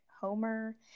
Homer